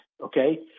okay